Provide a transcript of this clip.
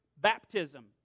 baptism